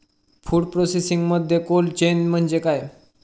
Food प्रोसेसिंगमध्ये cold chain म्हणजे काय?